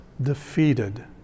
defeated